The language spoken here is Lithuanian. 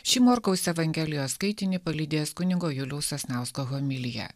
šį morkaus evangelijos skaitinį palydės kunigo juliaus sasnausko homilija